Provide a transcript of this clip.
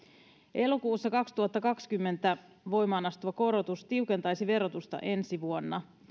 elokuussa kaksituhattakaksikymmentä voimaan astuva korotus tiukentaisi verotusta ensi vuonna